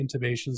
intubations